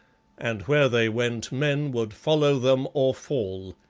and where they went men would follow them or fall.